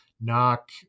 knock